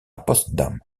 potsdam